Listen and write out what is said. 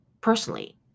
personally